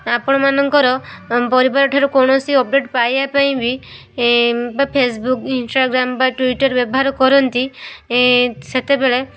ଆପଣମାନଙ୍କର ପରିବାର ଠାରୁ କୌଣସି ଅପଡ଼େଟ୍ ପାଇବା ପାଇଁ ବି ବା ଫେସବୁକ୍ ଇନଷ୍ଟାଗ୍ରାମ୍ ବା ଟ୍ୱିଟର ବ୍ୟବହାର କରନ୍ତି ସେତେବେଳେ